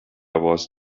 was